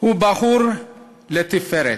הוא בחור לתפארת,